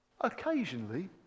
occasionally